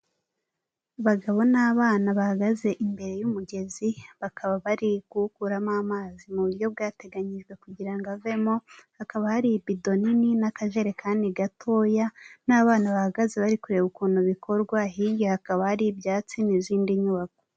Abagabo n'abana bahagaze imbere y'umugezi, bakaba bari kuwukuramo amazi mu buryo bwateganyijwe kugira ngo avemo, hakaba hari ibido nini n'akajerekani gatoya n'abana bahagaze bari kureba ukuntu bikorwa, hirya hakaba hari ibyatsi n'izindi nyubako.